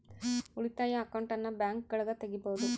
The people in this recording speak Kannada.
ಉಳಿತಾಯ ಅಕೌಂಟನ್ನ ಬ್ಯಾಂಕ್ಗಳಗ ತೆಗಿಬೊದು